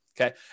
Okay